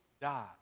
die